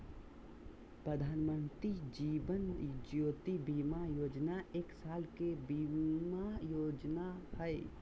प्रधानमंत्री जीवन ज्योति बीमा योजना एक साल के बीमा योजना हइ